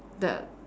that